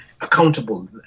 accountable